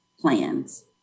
plans